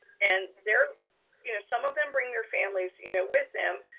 and they're you know some of them bring their families you know with them.